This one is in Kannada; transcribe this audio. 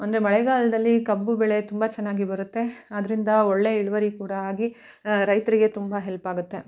ಅಂದರೆ ಮಳೆಗಾಲದಲ್ಲಿ ಕಬ್ಬು ಬೆಳೆ ತುಂಬ ಚೆನ್ನಾಗಿ ಬರುತ್ತೆ ಅದರಿಂದ ಒಳ್ಳೆ ಇಳುವರಿ ಕೂಡ ಆಗಿ ರೈತರಿಗೆ ತುಂಬ ಹೆಲ್ಪಾಗುತ್ತೆ